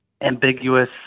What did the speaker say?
ambiguous